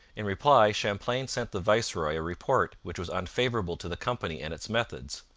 in reply champlain sent the viceroy a report which was unfavourable to the company and its methods.